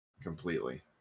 completely